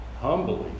humbly